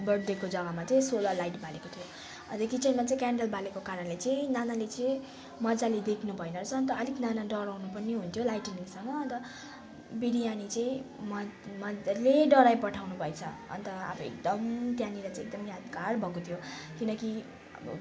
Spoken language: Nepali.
बर्थडेको जग्गामा चाहिँ सोलार लाइट बालेको थियो किचनमा चाहिँ क्यान्डल बालेको कारणले चाहिँ नानाले चाहिँ मज्जाले देख्नुभएन रहेछ अन्त अलिक नाना डराउनु पनि हुन्थ्यो लाइटनिङसँग अन्त बिरयानी चाहिँ मज् मज्जाले डडाइपठाउनु भएछ अन्त अब एकदम त्यहाँनिर एकदम यादगार भएको थियो किनकि अब